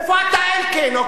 איפה אתה, אלקין?